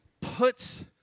puts